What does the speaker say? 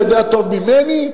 אתה יודע טוב ממני,